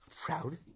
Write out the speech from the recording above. Proud